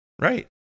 Right